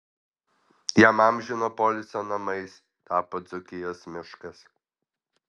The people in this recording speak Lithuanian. jam amžino poilsio namais tapo dzūkijos miškas